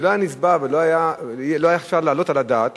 זה לא היה נסבל ולא היה אפשר להעלות על הדעת